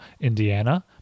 Indiana